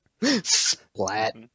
splat